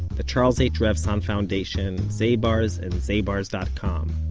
the charles h. revson foundation, zabars and zabars dot com.